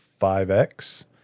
5X